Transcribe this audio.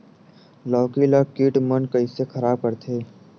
लौकी ला कीट मन कइसे खराब करथे?